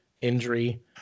injury